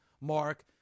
Mark